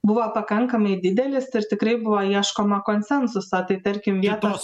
buvo pakankamai didelis ir tikrai buvo ieškoma konsensuso tai tarkim vietos